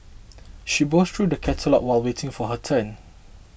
she browsed through the catalogues while waiting for her turn